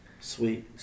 Sweet